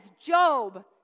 Job